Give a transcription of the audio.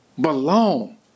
belong